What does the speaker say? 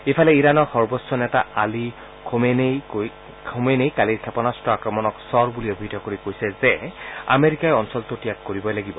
ইফালে ইৰাণৰ সৰ্বোচ্চ নেতা আলী খোমেনেইয়ে কালিৰ ক্ষেপণাস্ত্ৰ আক্ৰমণক চৰ বুলি অভিহিত কৰি কৈছে যে আমেৰিকাই অঞ্চলটো ত্যাগ কৰিবই লাগিব